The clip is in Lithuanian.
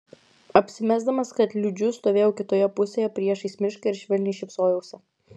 apsimesdamas kad liūdžiu stovėjau kitoje pusėje priešais mišką ir švelniai šypsojausi